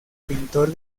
pintor